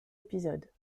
épisodes